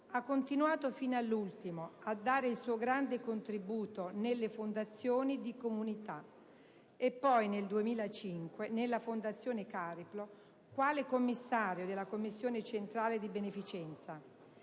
ha continuato fino all'ultimo a dare il suo grande contributo nelle fondazioni di comunità, e poi nel 2005 nella Fondazione Cariplo quale commissario della Commissione centrale di beneficenza.